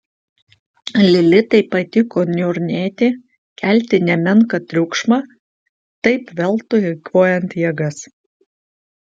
lilitai patiko niurnėti kelti nemenką triukšmą taip veltui eikvojant jėgas